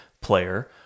player